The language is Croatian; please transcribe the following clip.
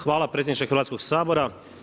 Hvala predsjedniče Hrvatskog sabora.